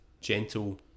gentle